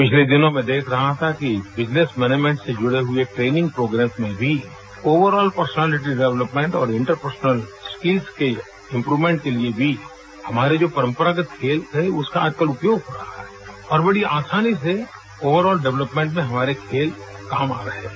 पिछले दिनों मैं देख रहा था कि बिजनेस मैनेजमेंट से जुड़े हए ट्रेनिंग प्रोग्राम्स में भी ओवरऑल पर्सनालिटी डेवलपमेंट और इंटरपर्सनल स्किल्स के इम्प्रवमेंट के लिए भी हमारे जो पर्सरागत खेल थे उसका आजकल उपयोग हो रहा है और बड़ी आसानी से ओवरऑल डेवलपमेंट में हमारे खेल काम आ रहे हैं